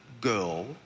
girl